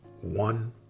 one